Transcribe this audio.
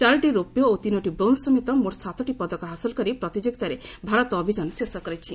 ଚାରୋଟି ରୌପ୍ୟ ଓ ତିନୋଟି ବ୍ରୋଞ୍ ସମେତ ମୋଟ ସାତଟି ପଦକ ହାସଲ କରି ପ୍ରତିଯୋଗିତାରେ ଭାରତର ଅଭିଯାନ ଶେଷ ହୋଇଛି